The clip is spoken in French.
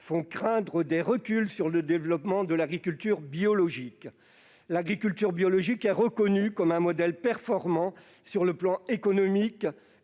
fait craindre des reculs en matière de développement de l'agriculture biologique. L'agriculture biologique est reconnue comme un modèle performant sur les plans tant économique